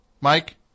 Mike